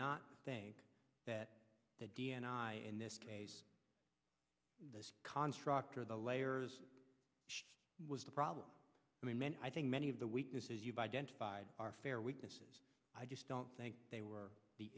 not think that the d n i in this case this contractor the layers was the problem and the men i think many of the weaknesses you've identified are fair weaknesses i just don't think they were the